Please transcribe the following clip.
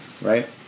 right